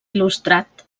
il·lustrat